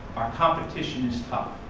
our competition is tough,